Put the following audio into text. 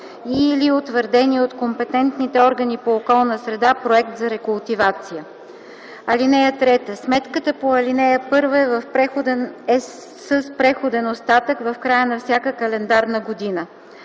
и/или утвърдения от компетентните органи по околна среда проект за рекултивация. (3) Сметката по ал. 1 е с преходен остатък в края на всяка календарна година.